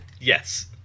Yes